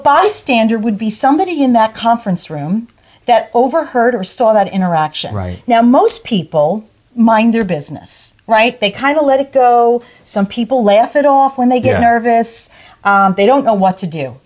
bystander would be somebody in that conference room that overheard or saw that interaction right now most people mind their business right they kind of let it go some people laugh it off when they get nervous they don't know what to do